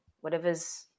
whatever's